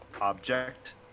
object